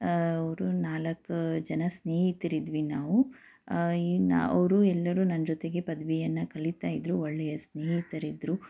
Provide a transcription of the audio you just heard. ಅವರು ನಾಲ್ಕು ಜನ ಸ್ನೇಹಿತರಿದ್ವಿ ನಾವು ಈ ಅವರು ಎಲ್ಲರೂ ನನ್ನ ಜೊತೆಗೆ ಪದವಿಯನ್ನು ಕಲಿತಾ ಇದ್ದರು ಒಳ್ಳೆಯ ಸ್ನೇಹಿತರಿದ್ರು